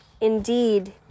indeed